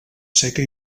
seca